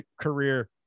career